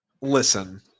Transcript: Listen